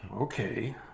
Okay